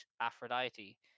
Aphrodite